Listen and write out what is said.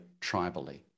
tribally